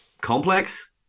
complex